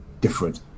different